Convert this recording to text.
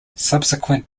subsequent